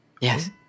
Yes